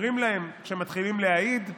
אומרים להם כשהם מתחילים להעיד,